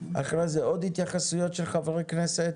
אחרי זה עוד התייחסויות של חברי כנסת